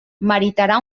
meritarà